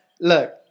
Look